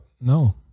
no